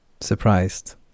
Surprised